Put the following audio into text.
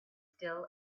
still